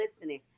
listening